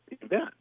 event